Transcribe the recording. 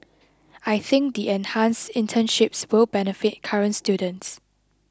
I think the enhanced internships will benefit current students